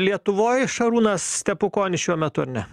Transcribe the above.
lietuvoj šarūnas stepukonis šiuo metu ar ne